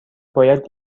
باید